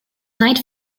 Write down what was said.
night